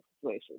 situation